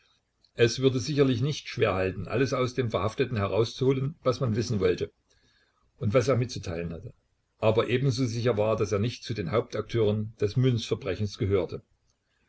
es würde sicherlich nicht schwer halten alles aus dem verhafteten herauszuholen was man wissen wollte und was er mitzuteilen hatte aber ebenso sicher war daß er nicht zu den hauptakteuren des münzverbrechens gehörte